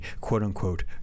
quote-unquote